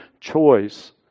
choice